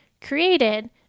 created